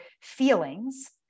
feelings